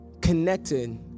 connected